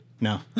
No